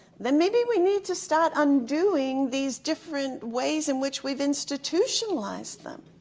then maybe we need to start undoing these different ways in which we've institutionalized them.